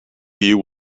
you